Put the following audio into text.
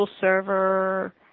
Server